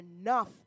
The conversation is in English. enough